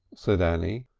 said annie,